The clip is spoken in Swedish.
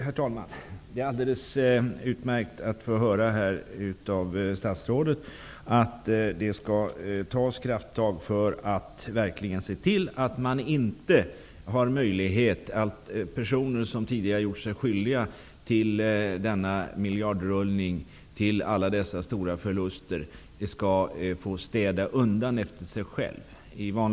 Herr talman! Det är alldeles utmärkt att höra statsrådet säga att krafttag skall tas när det gäller att se till att möjligheten inte finns att personer som tidigare gjort sig skyldiga till denna miljardrullning och till alla stora förluster får städa undan efter sig själva.